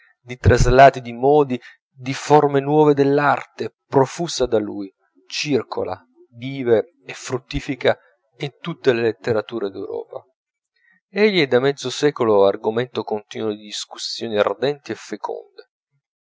di traslati di modi di forme nuove dell'arte profusa da lui circola vive e fruttifica in tutte le letterature d'europa egli è da mezzo secolo argomento continuo di discussioni ardenti e feconde